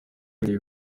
ibintu